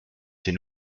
ses